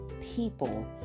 people